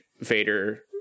Vader